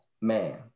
man